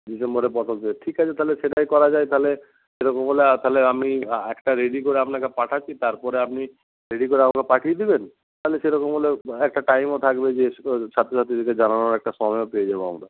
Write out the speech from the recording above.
ডিসেম্বরের প্রথম থেকে ঠিক আছে তাহলে সেটাই করা যায় তাহলে সেরকম হলে তাহলে আমি একটা রেডি করে আপনাকে পাঠাচ্ছি তারপরে আপনি রেডি করে আমাকে পাঠিয়ে দিবেন তাহলে সেরকম হলে একটা টাইমও থাকবে যে ছাত্রছাত্রীদেরকে জানানোর একটা সময়ও পেয়ে যাবো আমরা